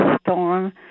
storm